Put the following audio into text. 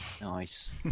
nice